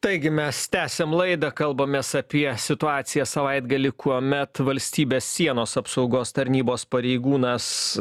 taigi mes tęsiam laidą kalbamės apie situaciją savaitgalį kuomet valstybės sienos apsaugos tarnybos pareigūnas